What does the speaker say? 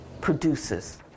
produces